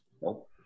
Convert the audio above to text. nope